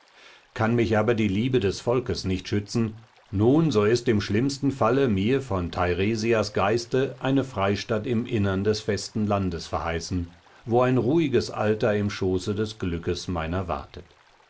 kann mich aber die liebe des volks nicht schützen nun so ist im schlimmsten falle mir von teiresias geiste eine freistatt im innern des festen landes verheißen wo ein ruhiges alter im schoße des glücks meiner wartet